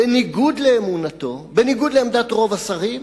בניגוד לאמונתו, בניגוד לעמדת רוב השרים,